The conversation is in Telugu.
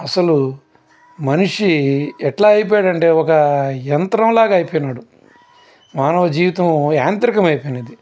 అసలు మనిషి ఎట్లా అయిపోయాడు అంటే ఒక యంత్రంలాగా అయిపోయినాడు మానవ జీవితం యాంత్రికం అయిపోయినది